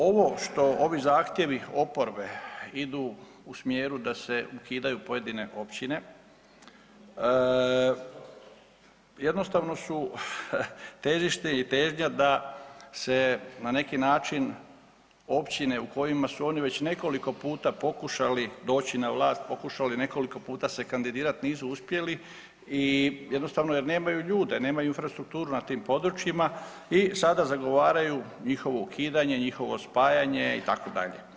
Ovo što ovi zahtjevi oporbe idu u smjeru da se ukidaju pojedine općine jednostavno su težište i težnja da se na neki način općine u kojima su oni već nekoliko puta pokušali doći na vlast, pokušali nekoliko puta se kandidirati nisu uspjeli jednostavno jer nemaju ljude, nemaju infrastrukturu na tim područjima i sada zagovaraju njihovo ukidanje, njihovo spajanje itd.